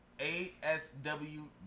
A-S-W